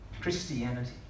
Christianity